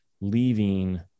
leaving